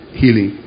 healing